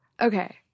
Okay